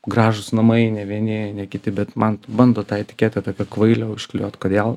gražūs namai ne vieni kiti bet man bando tą etiketą tokio kvailio užklijuot kodėl